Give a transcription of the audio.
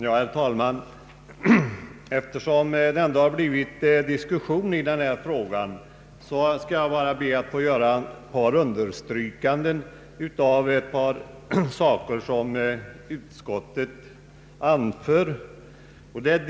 Herr talman! Eftersom det ändå har blivit diskussion kring statsutskottets utlåtande nr 32, skall jag be att få stryka under ett par saker som utskottet anför.